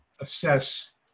assess